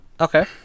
Okay